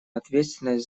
ответственность